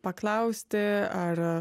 paklausti ar